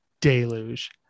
deluge